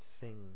sing